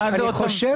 אני חושב